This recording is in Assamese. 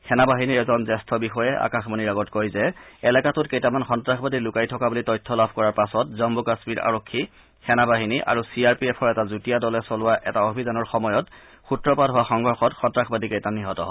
সেনা বাহিনীৰ এজন জ্যেষ্ঠ বিষয়াই আকাশবাণীৰ আগত কয় যে এলেকাটোত কেইটামান সন্তাসবাদী লুকাই থকা বুলি তথ্য লাভ কৰাৰ পাছত জন্মু কাশ্মীৰ আৰক্ষী সেনাবাহিনী আৰু চি আৰ পি এফৰ এটা যুটীয়া দলে চলোৱা এটা অভিযানৰ সময়ত সূত্ৰপাত হোৱা সংঘৰ্ষত সন্ত্ৰাসবাদীকেইটা নিহত হয়